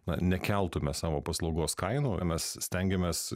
na nekeltume savo paslaugos kainų o mes stengiamės